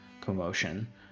commotion